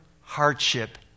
hardship